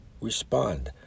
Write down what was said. respond